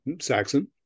Saxon